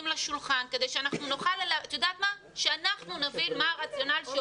לשולחן כדי שאנחנו נבין מה הרציונל.